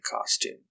costume